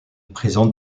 présente